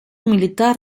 militar